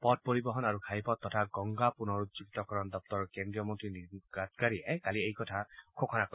পথ পৰিবহণ আৰু ঘাইপথ তথা গংগা পুনৰ উজ্জীৱিত দপ্তৰৰ কেন্দ্ৰীয় মন্ত্ৰী নীতিন গাডকাৰীয়ে কালি এই কথা ঘোষণা কৰে